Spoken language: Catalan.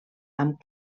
amb